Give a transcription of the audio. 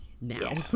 now